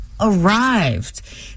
arrived